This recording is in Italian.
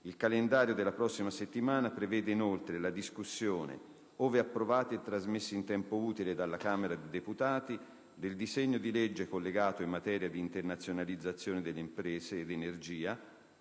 Il calendario della prossima settimana prevede inoltre la discussione - ove approvati e trasmessi in tempo utile dalla Camera dei deputati - del disegno di legge collegato in materia di internazionalizzazione di imprese ed energia